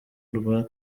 murwa